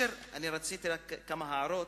רציתי רק לומר כמה הערות.